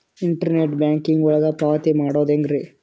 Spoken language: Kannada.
ಇಂಟರ್ನೆಟ್ ಬ್ಯಾಂಕಿಂಗ್ ಒಳಗ ಪಾವತಿ ಮಾಡೋದು ಹೆಂಗ್ರಿ?